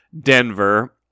Denver